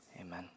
Amen